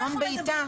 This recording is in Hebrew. בסלון ביתה.